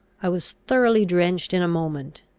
i was thoroughly drenched in a moment.